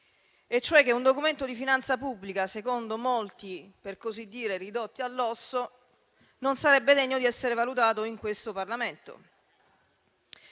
e cioè che un Documento di finanza pubblica secondo molti ridotto all'osso non sarebbe degno di essere valutato in questo Parlamento.